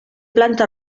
planta